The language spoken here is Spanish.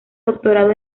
doctorado